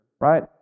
right